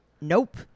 Nope